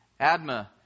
Adma